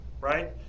right